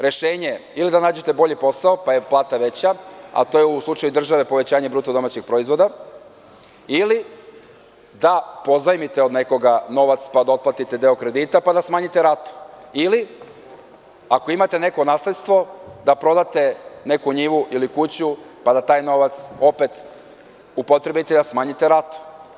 Rešenje, ili da nađete bolji posao, pa je plata veća, a to je u slučaju države povećanje BDP, ili da pozajmite od nekoga novac pa da otplatite deo kredita, pa da smanjite ratu, ili, ako imate neko nasledstvo, da prodate neku njivu ili kuću pa da taj opet upotrebite, da smanjite ratu.